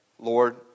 Lord